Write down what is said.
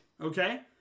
okay